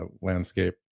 landscape